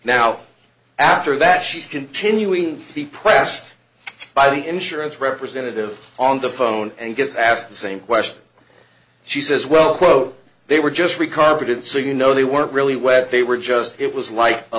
now after that she's continuing to be pressed by the insurance representative on the phone and gets asked the same question she says well quote they were just re carpeted so you know they weren't really wet they were just it was like a